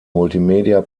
multimedia